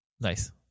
nice